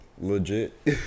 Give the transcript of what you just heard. legit